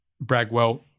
Bragwell